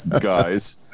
guys